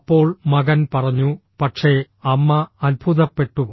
അപ്പോൾ മകൻ പറഞ്ഞു പക്ഷേ അമ്മ അത്ഭുതപ്പെട്ടു